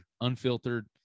unfiltered